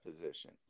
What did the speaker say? position